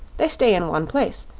they stay in one place,